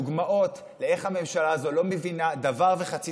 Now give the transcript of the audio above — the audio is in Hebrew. הדוגמאות לכך שהממשלה הזאת לא מבינה דבר וחצי